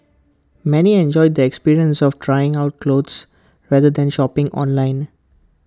many enjoyed the experience of trying on clothes rather than shopping online